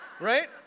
right